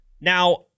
Now